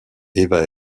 eva